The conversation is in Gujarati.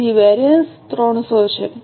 તેથી વેરિએન્સ 300 છે